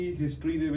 history